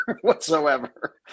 whatsoever